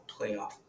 Playoff